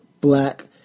black